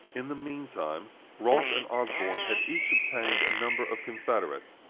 in the mean time, rolf and osborne had each obtained a number of confederates,